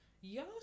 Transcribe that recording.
y'all